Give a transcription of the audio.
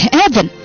heaven